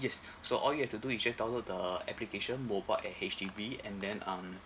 yes so all you have to do is just download the application mobile at H_D_B and then um